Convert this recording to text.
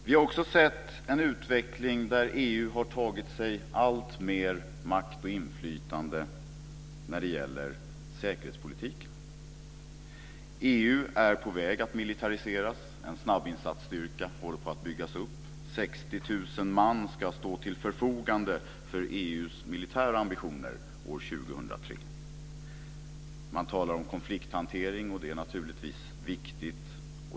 Vi har också sett en utveckling där EU har lagt under sig alltmer makt och inflytande när det gäller säkerhetspolitiken. EU är på väg att militariseras. En snabbinsatsstyrka håller på att byggas upp. 60 000 man ska stå till förfogande för EU:s militära ambitioner 2003. Man talar om konflikthantering, och det är naturligtvis viktigt.